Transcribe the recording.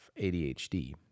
ADHD